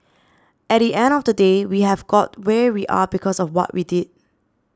at the end of the day we have got where we are because of what we did